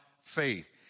faith